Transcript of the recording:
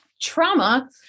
Trauma